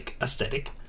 aesthetic